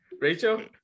Rachel